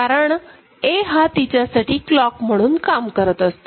कारण A हा तिच्यासाठी क्लॉक म्हणून काम करत असतो